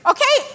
Okay